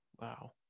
Wow